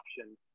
option